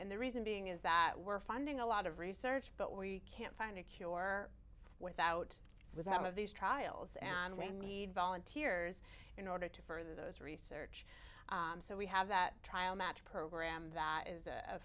and the reason being is that we're funding a lot of research but we can't find a cure without its out of these trials and we need volunteers in order to further those research so we have that trial match program that is a